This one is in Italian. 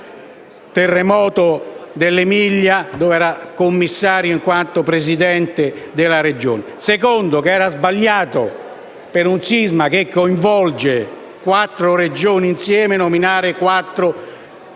terremoto dell'Emilia, dove era commissario in quanto Presidente della Regione. In secondo luogo, era sbagliato, per un sisma che coinvolge quattro Regioni, nominare commissari i quattro